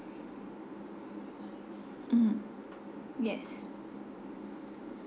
mm yes